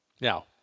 Now